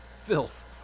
Filth